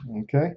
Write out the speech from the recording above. Okay